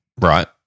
Right